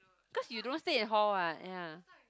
cause you don't stay in hall ah ya